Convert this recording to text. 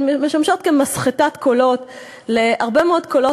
הן משמשות כמסחטת קולות להרבה מאוד קולות